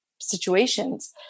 situations